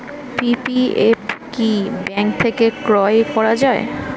PPF কি bank থেকে ক্রয় করা যায়?